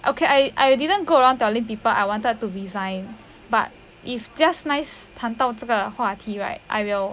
okay I I didn't go around telling people I wanted to resign but if just nice 谈到这个话题 right I will